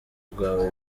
rwawe